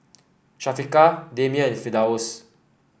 Syafiqah Damia and Firdaus